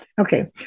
Okay